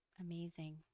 amazing